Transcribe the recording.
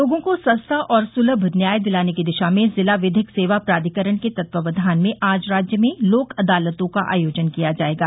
लोगों को सस्ता और सुलभ न्याय दिलाने की दिशा में जिला विधिक सेवा प्राधिकरण के तत्वावधान में आज राज्य में लोक अदालतों का आयोजन किया जायेगा